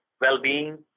well-being